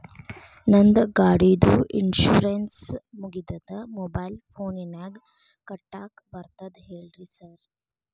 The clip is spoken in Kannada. ನಂದ್ ಗಾಡಿದು ಇನ್ಶೂರೆನ್ಸ್ ಮುಗಿದದ ಮೊಬೈಲ್ ಫೋನಿನಾಗ್ ಕಟ್ಟಾಕ್ ಬರ್ತದ ಹೇಳ್ರಿ ಸಾರ್?